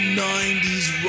90s